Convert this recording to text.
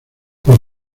por